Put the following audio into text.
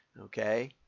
Okay